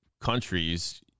countries